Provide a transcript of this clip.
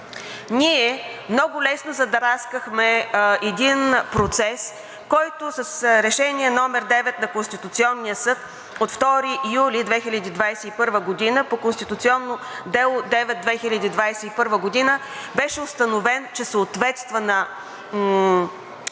Ние много лесно задраскахме един процес, който с Решение № 9 на Конституционния съд от 2 юли 2021 г. по Конституционно дело № 9/2021 г. беше установен, че съответства на